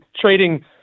trading